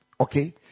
Okay